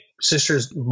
sister's